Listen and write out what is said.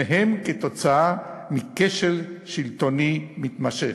שניהם תוצאה מכשל שלטוני מתמשך,